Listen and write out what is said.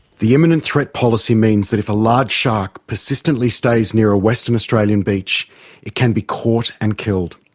the imminent threat policy means that if a large shark persistently stays near a western australian beach it can be caught and killed.